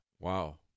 Wow